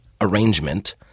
arrangement